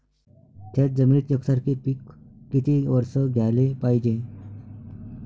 थ्याच जमिनीत यकसारखे पिकं किती वरसं घ्याले पायजे?